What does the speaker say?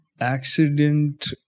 accident